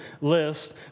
list